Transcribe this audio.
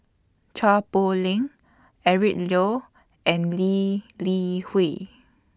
Chua Poh Leng Eric Low and Lee Li Hui